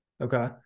Okay